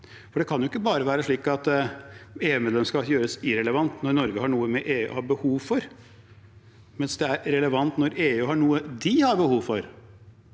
Det kan jo ikke bare være slik at EU-medlemskap gjøres irrelevant når Norge har noe EU har behov for, mens det er relevant når EU har noe de har behov for.